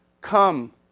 come